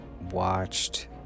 watched